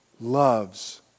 loves